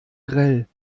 grell